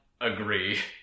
agree